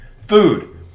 Food